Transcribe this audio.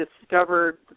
discovered